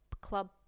Club